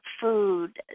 food